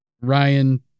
Ryan